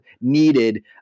needed